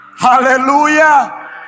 Hallelujah